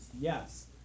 yes